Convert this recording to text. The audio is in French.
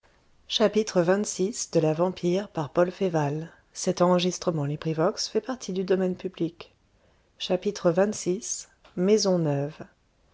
xxvi maison neuve